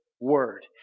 Word